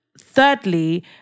Thirdly